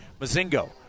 Mazingo